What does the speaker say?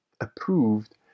approved